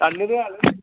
दाननो दे आं